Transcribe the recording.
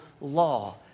law